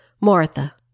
Martha